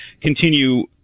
continue